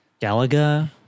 Galaga